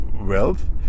wealth